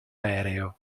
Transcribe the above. aereo